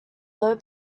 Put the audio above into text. low